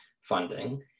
funding